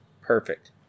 perfect